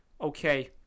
okay